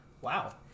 Wow